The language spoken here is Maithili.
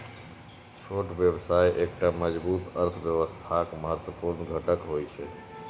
छोट व्यवसाय एकटा मजबूत अर्थव्यवस्थाक महत्वपूर्ण घटक होइ छै